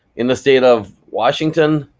in the state of washington.